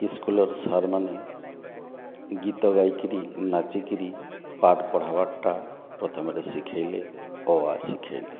ସ୍କୁଲ୍ର ସାର୍ମାନେ ଗୀତ ଗାଇକରି ନାଚିକରି ପାଠ ପଢ଼ାଇବାଟା ପ୍ରଥମରେ ଶିଖାଇଲେ ଅ ଆ ଶିଖାଇଲେ